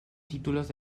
títulos